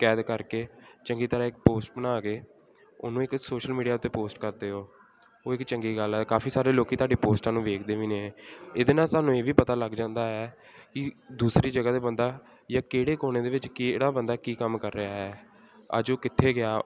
ਕੈਦ ਕਰਕੇ ਚੰਗੀ ਤਰ੍ਹਾਂ ਇੱਕ ਪੋਸਟ ਬਣਾ ਕੇ ਉਹ ਨੂੰ ਇੱਕ ਸੋਸ਼ਲ ਮੀਡੀਆ ਉੱਤੇ ਪੋਸਟ ਕਰਦੇ ਹੋ ਉਹ ਇੱਕ ਚੰਗੀ ਗੱਲ ਹੈ ਕਾਫੀ ਸਾਰੇ ਲੋਕ ਤੁਹਾਡੀ ਪੋਸਟਾਂ ਨੂੰ ਵੇਖਦੇ ਵੀ ਨੇ ਇਹਦੇ ਨਾਲ ਸਾਨੂੰ ਇਹ ਵੀ ਪਤਾ ਲੱਗ ਜਾਂਦਾ ਹੈ ਕਿ ਦੂਸਰੀ ਜਗ੍ਹਾ 'ਤੇ ਬੰਦਾ ਜਾਂ ਕਿਹੜੇ ਕੋਨੇ ਦੇ ਵਿੱਚ ਕਿਹੜਾ ਬੰਦਾ ਕੀ ਕੰਮ ਕਰ ਰਿਹਾ ਹੈ ਅੱਜ ਉਹ ਕਿੱਥੇ ਗਿਆ